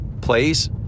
plays